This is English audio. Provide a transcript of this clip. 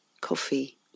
coffee